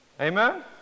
Amen